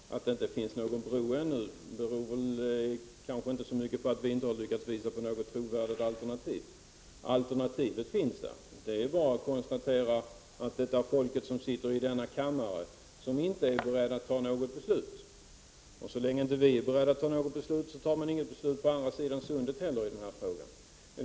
Herr talman! Att det inte finns någon bro ännu beror nog inte så mycket på att vi moderater inte har lyckats visa på något trovärdigt alternativ. Det finns ett alternativ. Det är bara att konstatera att det är folket i denna kammare som inte är berett att fatta beslut. Så länge vi i riksdagerf inte är beredda att fatta beslut, fattar man inte heller något beslut på andra sidan sundet i den här frågan.